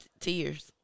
tears